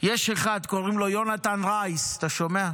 יש אחד, קוראים לו יהונתן רייס, אתה שומע?